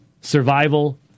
Survival